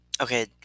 okay